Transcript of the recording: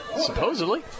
supposedly